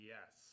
Yes